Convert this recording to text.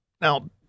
Now